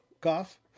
Cough